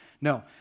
No